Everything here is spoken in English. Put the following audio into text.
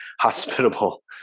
hospitable